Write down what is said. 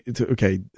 Okay